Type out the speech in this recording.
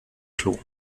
klo